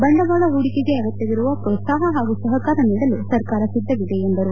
ಬಂಡವಾಳ ಹೂಡಿಕೆಗೆ ಅಗತ್ತವಿರುವ ಪ್ರೋತ್ಸಾಹ ಹಾಗೂ ಸಹಕಾರ ನೀಡಲು ಸರ್ಕಾರ ಸಿದ್ದವಿದೆ ಎಂದರು